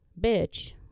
bitch